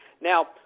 Now